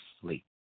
sleep